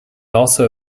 also